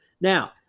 Now